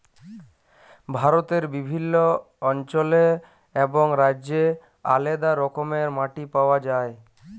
ভারতে বিভিল্ল্য অল্চলে এবং রাজ্যে আলেদা রকমের মাটি পাউয়া যায়